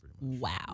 Wow